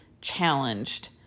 challenged